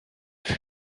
fut